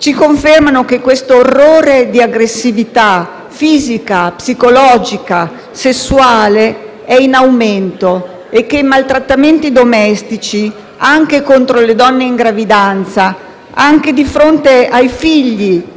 fisica, psicologica e sessuale è in aumento e che i maltrattamenti domestici, anche contro le donne in gravidanza, anche di fronte ai figli terrorizzati, sono sempre più diffusi.